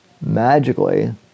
magically